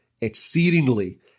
exceedingly